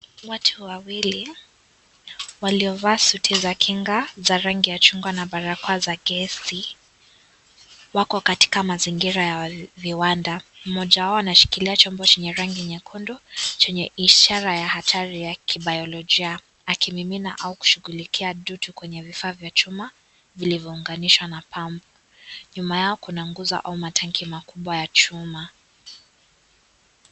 Watu wawili, waliovaa suti za Kinga za rangi ya chungwa na barakoa za gesi, wako katika mazingira ya viwanda, mmoja wao anashikilia chombo chenye rangi nyekundu chenye ishara ya hatari ya kibayolojia, akimimina au kushughulikia dudu kwenye vifaa vya chuma vilivyounganishwa na pump Nyuma Yao kuna nguzo au matanki makubwa ya chuma.